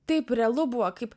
taip realu buvo kaip